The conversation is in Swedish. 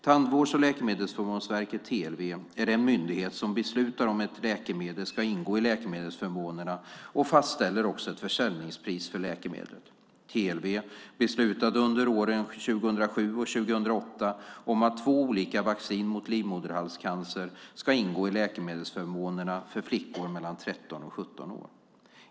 Tandvårds och läkemedelsförmånsverket är den myndighet som beslutar om ett läkemedel ska ingå i läkemedelsförmånerna och fastställer också försäljningspris för läkemedlet. TLV beslutade under åren 2007 och 2008 om att två olika vaccin mot livmoderhalscancer ska ingå i läkemedelsförmånerna för flickor mellan 13 och 17 år.